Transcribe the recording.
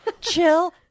chill